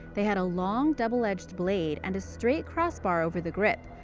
they had a long, double edged blade, and a straight crossbar over the grip.